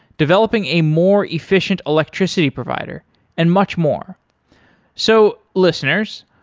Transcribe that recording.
developing a more efficient electricity provider and much more so listeners,